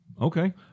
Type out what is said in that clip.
Okay